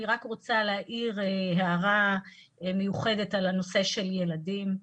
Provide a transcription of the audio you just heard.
אני רק רוצה להעיר הערה מיוחדת על הנושא של ילדים,